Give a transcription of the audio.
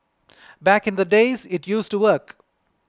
back in the days it used to work